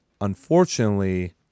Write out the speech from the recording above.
unfortunately